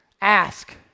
ask